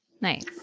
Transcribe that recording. Nice